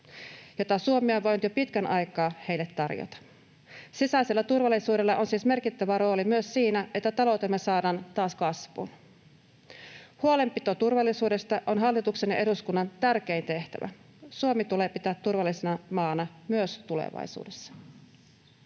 jota Suomi on voinut jo pitkän aikaa niille tarjota. Sisäisellä turvallisuudella on siis merkittävä rooli myös siinä, että taloutemme saadaan taas kasvuun. Huolenpito turvallisuudesta on hallituksen ja eduskunnan tärkein tehtävä. Suomi tulee pitää turvallisena maana myös tulevaisuudessa.